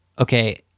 okay